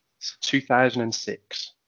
2006